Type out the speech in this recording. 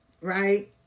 right